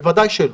בוודאי שלא.